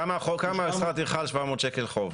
כמה שכר טרחה על 700 שקלים חוב?